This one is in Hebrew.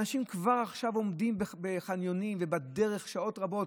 אנשים כבר עכשיו עומדים בחניונים ובדרך שעות רבות.